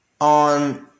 On